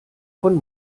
von